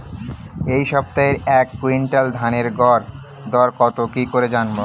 এই সপ্তাহের এক কুইন্টাল ধানের গর দর কত কি করে জানবো?